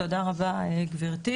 תודה רבה גברתי,